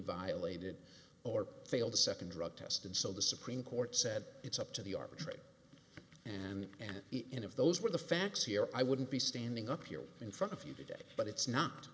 violated or failed a second drug test and so the supreme court said it's up to the arbitrator and in if those were the facts here i wouldn't be standing up here in front of you today but it's not